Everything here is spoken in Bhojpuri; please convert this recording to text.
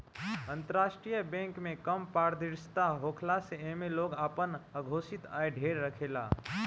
अंतरराष्ट्रीय बैंक में कम पारदर्शिता होखला से एमे लोग आपन अघोषित आय ढेर रखेला